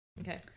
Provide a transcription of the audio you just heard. Okay